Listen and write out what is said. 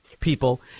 people